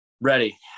ready